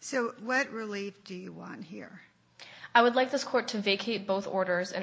so what really do you want here i would like this court to vacate both orders and